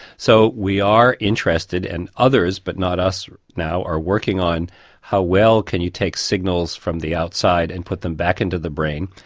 so we are interested and others, but not us now, are working on how well can you take signals from the outside and put them back into the brain.